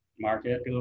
Market